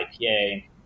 IPA